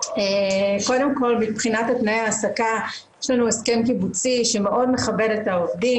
קודם כל מבחינת תנאי ההעסקה יש לנו הסכם קיבוצי שמאוד מכבד את העובדים,